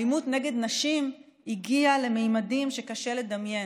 האלימות נגד נשים הגיעה לממדים שקשה לדמיין,